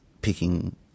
picking